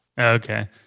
Okay